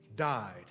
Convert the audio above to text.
died